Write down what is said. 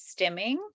stimming